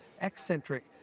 eccentric